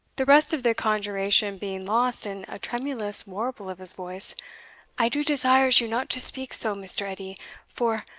the rest of the conjuration being lost in a tremulous warble of his voice i do desires you not to speak so, mr. edie for,